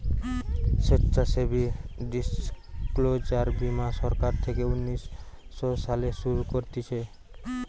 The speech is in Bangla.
স্বেচ্ছাসেবী ডিসক্লোজার বীমা সরকার থেকে উনিশ শো সালে শুরু করতিছে